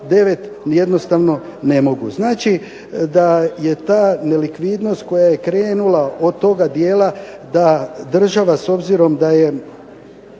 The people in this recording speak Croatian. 9 jednostavno ne mogu. Znači, da je ta nelikvidnost koja je krenula od toga dijela da država s obzirom da je